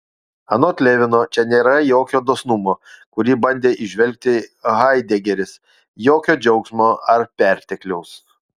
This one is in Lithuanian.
anot levino čia nėra jokio dosnumo kurį bandė įžvelgti haidegeris jokio džiaugsmo ar pertekliaus